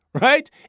Right